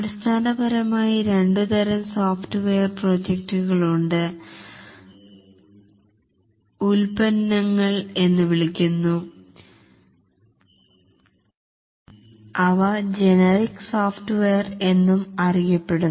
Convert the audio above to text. അടിസ്ഥാനപരമായി രണ്ടുതരം സോഫ്റ്റ്വെയർ പ്രോജക്ടുകൾ ഉണ്ട് പെണ്ണ് ഉൽപ്പന്നങ്ങൾ എന്ന് വിളിക്കുന്നു അവ ജനറിക് സോഫ്റ്റ്വെയർ എന്നും അറിയപ്പെടുന്നു